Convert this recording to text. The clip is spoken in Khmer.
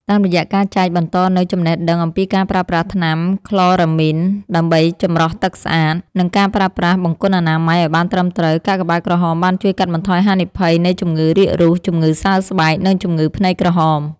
តាមរយៈការចែកបន្តនូវចំណេះដឹងអំពីការប្រើប្រាស់ថ្នាំក្លរ៉ាមីនដើម្បីចម្រោះទឹកស្អាត និងការប្រើប្រាស់បង្គន់អនាម័យឱ្យបានត្រឹមត្រូវ កាកបាទក្រហមបានជួយកាត់បន្ថយហានិភ័យនៃជំងឺរាករូស ជំងឺសើស្បែក និងជំងឺភ្នែកក្រហម។